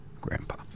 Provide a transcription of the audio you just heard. Grandpa